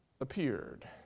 appeared